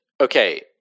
okay